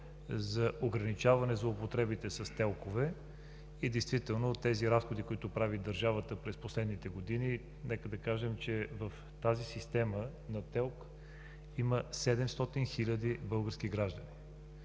за ограничаване злоупотребите с ТЕЛК-ове. Действително тези разходи, които прави държавата през последните години, нека да кажем, че в тази система на ТЕЛК има 700 хиляди български граждани.